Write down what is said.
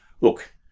look